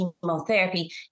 chemotherapy